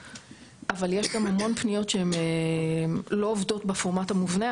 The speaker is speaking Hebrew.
אבל יש גם המון פניות שהן לא עובדות בפורמט המובנה.